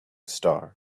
star